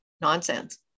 nonsense